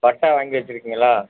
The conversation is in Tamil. பட்டா வாங்கி வச்சிருக்கீங்களா